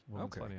okay